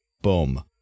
Boom